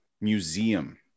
museum